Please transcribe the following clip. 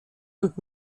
und